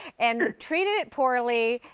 and treated it poorly.